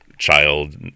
Child